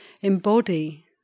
embody